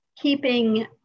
keeping